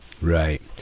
right